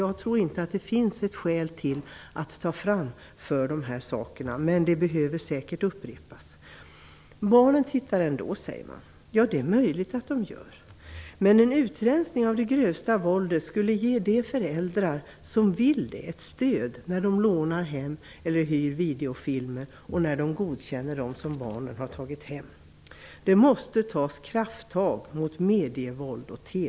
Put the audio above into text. Jag tror inte att det finns ytterligare skäl att lyfta fram, men de som finns behöver säkert upprepas. Barnen tittar ändå, säger man. Ja, det är möjligt. Men en utrensning av det grövsta våldet skulle ge de föräldrar som vill det ett stöd när de lånar hem eller hyr videofilmer och när de godkänner de filmer som barnen har tagit hem. våld.